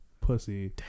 pussy